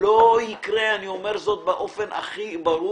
לא יקרה אני אומר את זה באופן הכי ברור.